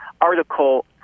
article